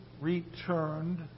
returned